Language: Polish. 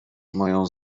moją